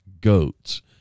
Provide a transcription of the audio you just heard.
goats